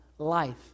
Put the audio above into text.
Life